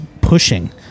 pushing